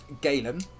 Galen